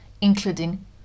including